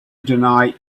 deny